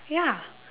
ya